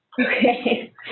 Okay